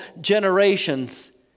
generations